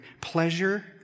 pleasure